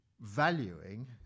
valuing